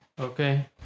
Okay